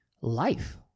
life